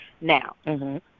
Now